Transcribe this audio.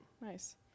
Nice